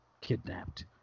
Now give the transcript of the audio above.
kidnapped